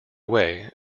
away